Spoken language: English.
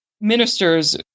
Ministers